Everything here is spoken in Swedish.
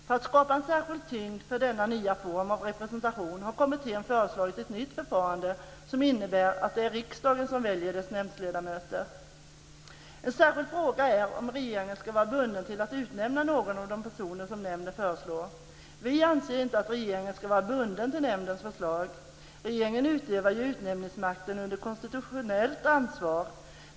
För att skapa en särskild tyngd för denna nya form av representation har kommittén föreslagit ett nytt förfarande, som innebär att det är riksdagen som väljer dessa nämndledamöter. En särskild fråga är om regeringen ska vara bunden till att utnämna någon av de personer som nämnden föreslår. Vi anser inte att regeringen ska vara bunden till nämndens förslag. Regeringen utövar ju utnämningsmakten under konstitutionellt ansvar.